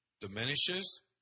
diminishes